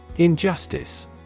Injustice